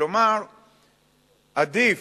כלומר עדיף,